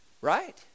Right